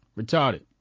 retarded